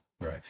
Right